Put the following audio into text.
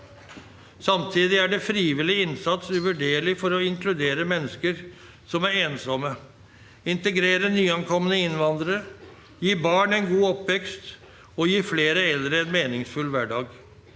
Samtidig er frivillig innsats uvurderlig for å inkludere mennesker som er ensomme, integrere nyankomne innvandrere, gi barn en god oppvekst og gi flere eldre en meningsfull hverdag.